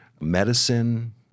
medicine